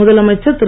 முதலமைச்சர் திரு